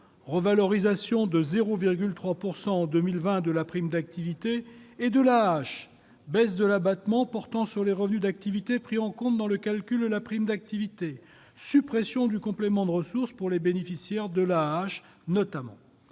revalorisation à 0,3 % en 2020 de la prime d'activité et de l'AAH ; baisse de l'abattement portant sur les revenus d'activité pris en compte dans le calcul de la prime d'activité ; suppression du complément de ressources pour les bénéficiaires de l'AAH notamment.